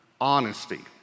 honesty